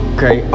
Okay